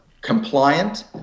compliant